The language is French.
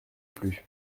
plus